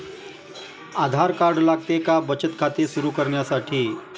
आधार card लागते का बचत खाते सुरू करण्यासाठी?